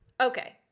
Okay